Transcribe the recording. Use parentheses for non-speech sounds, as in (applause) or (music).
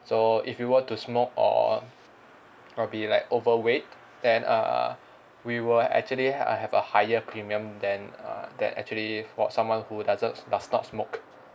so if you were to smoke or (noise) or be like overweight then err we will actually uh have a higher premium than uh that actually for someone who doesn~ does not smoke